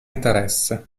interesse